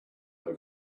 like